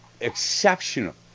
exceptional